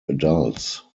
adults